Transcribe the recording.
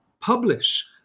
publish